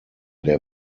der